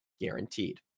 guaranteed